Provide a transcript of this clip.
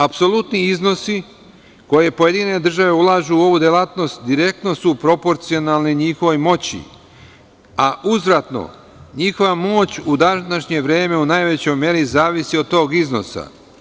Apsolutni iznosi koje pojedine države ulažu u ovu delatnost, direktno su proporcionalne njihovoj moći, a uzvratno njihova moć u današnje vreme u najvećoj meri zavisi od tog iznosa.